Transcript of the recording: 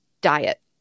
diet